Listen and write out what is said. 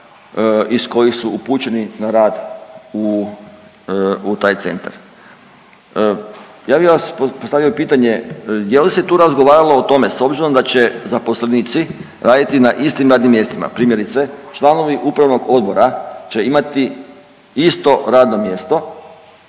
iz kojih su upućeni na rad u taj centar. Ja bih vam postavio pitanje je li se tu razgovaralo o tome s obzirom da će zaposlenici raditi na istim radnim mjestima. Primjerice članovi upravnog odbora će imati isto radno mjesto